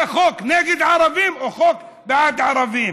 זה חוק נגד ערבים או חוק בעד ערבים.